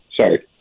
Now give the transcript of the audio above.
Sorry